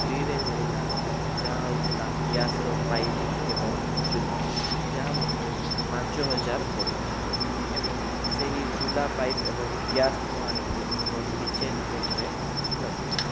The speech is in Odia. ଫ୍ରି'ରେ ମିଳିଲା ଯାହା ହୋଉଥିଲା ଗ୍ୟାସ୍ ର ପାଇପ୍ ଏବଂ ଚୁଲ୍ହା ଯାହା ମୋତେ ପାଞ୍ଚହଜାର ପଡ଼ିଥିଲା ଏବଂ ସେହି ଚୁଲ୍ହା ପାଇପ୍ ଏବଂ ଗ୍ୟାସ୍ ମୁଁ ଆଣିକି ଆମ କିଚେନ୍ ରୁମ୍ ରେ ଲଗେଇଲି